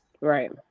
right